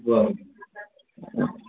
बरें